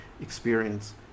experience